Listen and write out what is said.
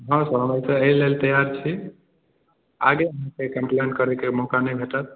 हँ सर हम तऽ एहि लेल तैआर छी आगे अहाँके कंप्लेन करैके मौका नहि भेटत